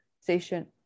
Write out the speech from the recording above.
station